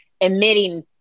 emitting